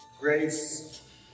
Grace